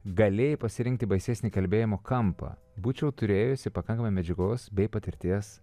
galėjai pasirinkti baisesnį kalbėjimo kampą būčiau turėjusi pakankamai medžiagos bei patirties